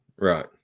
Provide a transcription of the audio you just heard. right